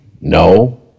No